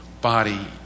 body